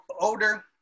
older